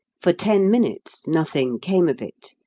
for ten minutes nothing came of it,